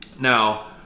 now